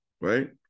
right